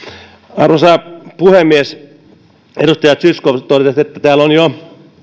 arvoisa puhemies edustaja zyskowicz totesi että täällä on jo